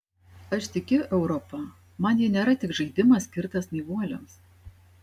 aš tikiu europa man ji nėra tik žaidimas skirtas naivuoliams